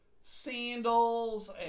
sandals